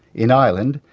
in ireland,